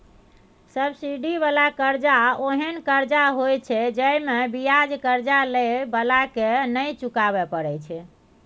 subsidy बला कर्जा ओहेन कर्जा होइत छै जइमे बियाज कर्जा लेइ बला के नै चुकाबे परे छै